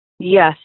Yes